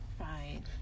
right